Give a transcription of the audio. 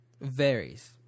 varies